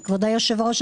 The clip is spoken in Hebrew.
היושב-ראש,